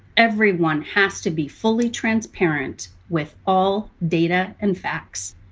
everyone has to be fully transparent with all data and facts.